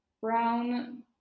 brown